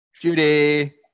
Judy